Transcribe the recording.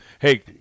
Hey